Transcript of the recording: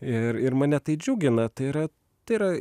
ir ir mane tai džiugina tai yra tai yra